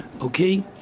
okay